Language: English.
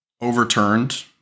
overturned